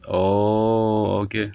oh okay